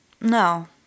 No